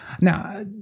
Now